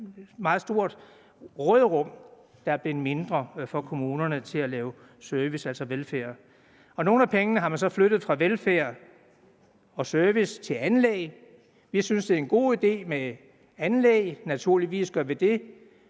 sagt et meget stort råderum for kommunerne til at lave service, altså velfærd, der nu er blevet mindre. Nogle af pengene har man så flyttet fra velfærd og service over til anlæg. Vi synes, det er en god idé med anlæg – naturligvis synes vi det